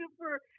super